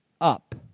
up